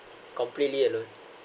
completely alone